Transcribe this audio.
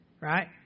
right